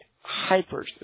hyper